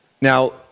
Now